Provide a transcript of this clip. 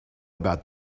about